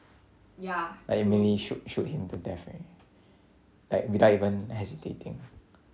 like immediately shoot him to death already like without even hesitating